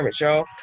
y'all